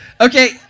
Okay